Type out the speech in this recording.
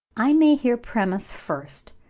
i may here premise, first,